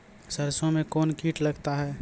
सरसों मे कौन कीट लगता हैं?